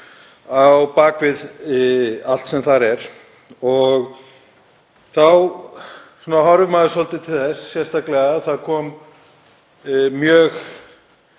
á bak við allt sem þar er. Þá horfir maður svolítið til þess sérstaklega að það komu mjög